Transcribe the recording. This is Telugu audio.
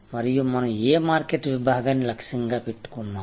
మరియు మనం ఏ మార్కెట్ విభాగాన్ని లక్ష్యంగా పెట్టుకున్నాము